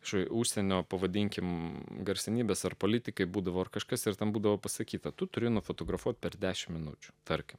ši užsienio pavadinkime garsenybės ar politikai būdavo kažkas ir tam būdavo pasakyta tu turi nufotografuoti per dešimt minučių tarkim